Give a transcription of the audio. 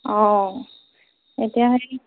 অ এতিয়া হেৰি